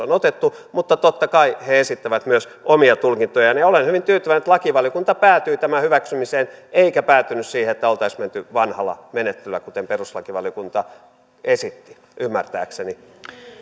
on otettu mutta totta kai he esittävät myös omia tulkintojaan ja olen hyvin tyytyväinen että lakivaliokunta päätyi tämän hyväksymiseen eikä päätynyt siihen että olisi menty vanhalla menettelyllä kuten perustuslakivaliokunta esitti ymmärtääkseni